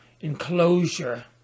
enclosure